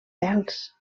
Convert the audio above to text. pèls